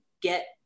get